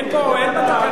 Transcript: אם רובי ריבלין,